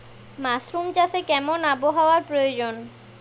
Mushroom চাষে কেমন আবহাওয়ার প্রয়োজন?